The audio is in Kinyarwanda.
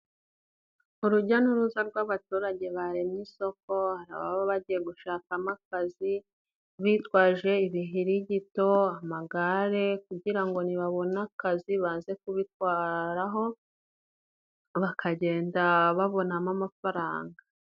Urujya n'uruza rw'abaturage baremye isoko, hari ababa bagiye gushakamo akazi, bitwaje ibihirigito, amagare, kugira ngo nibabona akazi baze kubitwaraho, bakagenda babonamo amafaranga.